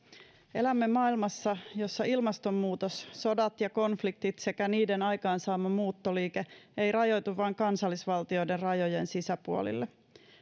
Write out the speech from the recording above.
elämme maailmassa jossa ilmastonmuutos sodat ja konfliktit sekä niiden aikaansaama muuttoliike eivät rajoitu vain kansallisvaltioiden rajojen sisäpuolelle